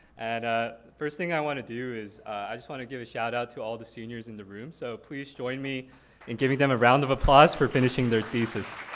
ah first thing i want to do is, i just want to give a shout out to all the seniors in the room. so please join me in giving them a round of applause for finishing their thesis.